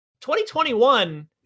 2021